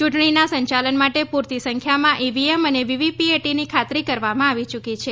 ચૂંટણીના સંચાલન માટે પૂરતી સંખ્યામાં ઇવીએમ અને વીવીપીએટીની ખાતરી કરવામાં આવી ચૂકી છે